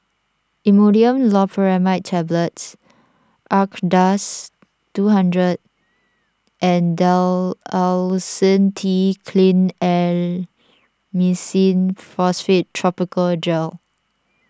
Imodium Loperamide Tablets Acardust two hundred and Dalacin T Clindamycin Phosphate Topical Gel